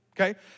okay